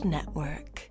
Network